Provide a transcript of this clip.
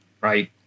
right